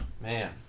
Man